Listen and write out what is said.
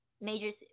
majors